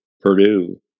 Purdue